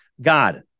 God